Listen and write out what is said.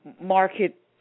market